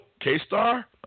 K-Star